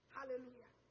Hallelujah